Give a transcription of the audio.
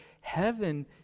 heaven